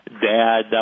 Dad